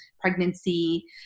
pregnancy